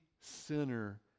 sinner